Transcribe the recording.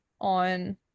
on –